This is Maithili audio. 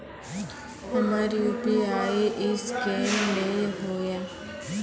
हमर यु.पी.आई ईसकेन नेय हो या?